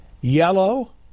yellow